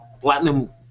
Platinum